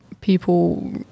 people